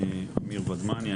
אמיר ודמני,